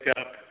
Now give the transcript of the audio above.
up